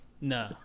No